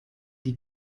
die